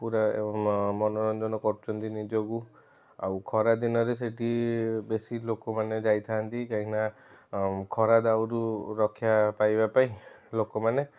ପୁରା ମନୋରଞ୍ଜନ କରୁଛନ୍ତି ନିଜକୁ ଆଉ ଖରାଦିନରେ ସେଠି ବେଶି ଲୋକମାନେ ଯାଇଥାନ୍ତି କାହିଁକିନା ଖରାଦାଉରୁ ରକ୍ଷା ପାଇବା ପାଇଁ ଲୋକମାନେ